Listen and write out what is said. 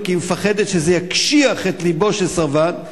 כי היא מפחדת שזה יקשיח את לבו של הסרבן,